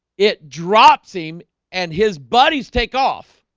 it drops him and his buddies take off